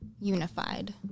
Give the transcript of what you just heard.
unified